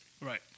Right